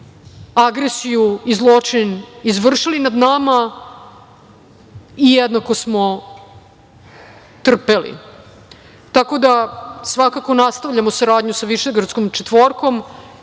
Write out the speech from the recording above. agresiju i zločin izvršili nad nama i jednako smo trpeli. Tako da, svakako nastavljamo saradnju sa Višegradskom četvorkom,